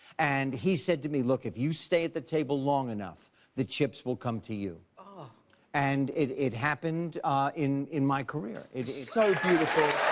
and he said to me look, if you stay at the table long enough the chips will come to you. ah and it it happened in in my career. so beautiful.